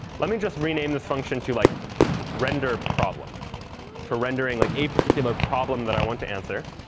let me just rename this function to like renderproblem for rendering like a particular problem that i want to answer.